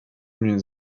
mnie